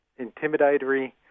intimidatory